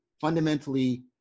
fundamentally